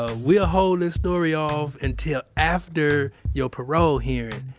ah we'll hold this story off until after your parole hearing.